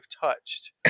touched